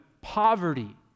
poverty